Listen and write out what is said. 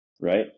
right